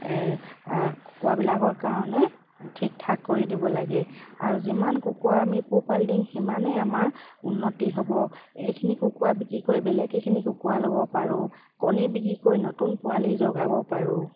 কুকুৰাবিলাকৰ কাৰণে ঠিক ঠাক কৰি দিব লাগে আৰু যিমান কুকৰা আমি পোহপাল দিওঁ সিমানেই আমাৰ উন্নতি হ'ব এখিনি কুকৰা বিক্ৰী কৰি বেলেগ এখিনি কুকৰা ল'ব পাৰোঁ কণী বিক্ৰী কৰি নতুন পোৱালি জগাব পাৰোঁ